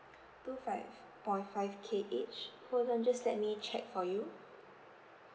two five point five K each hold on just let me check for you